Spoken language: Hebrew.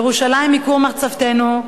ירושלים היא כור מחצבתנו,